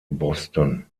boston